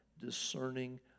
discerning